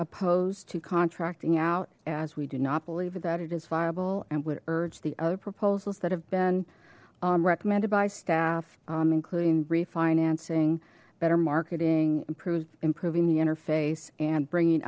opposed to contracting out as we do not believe that it is viable and would urge the other proposals that have been recommended by staff including refinancing better marketing improved improving the interface and bringing